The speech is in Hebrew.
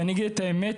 ואני אגיד את האמת,